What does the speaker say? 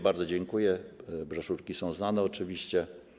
Bardzo dziękuję, broszurki są znane oczywiście.